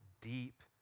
deep